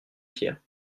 pierre